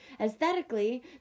Aesthetically